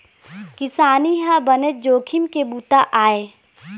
किसानी ह बनेच जोखिम के बूता आय